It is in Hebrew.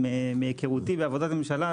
מהיכרותי את עבודת הממשלה,